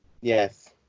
Yes